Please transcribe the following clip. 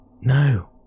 no